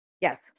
Yes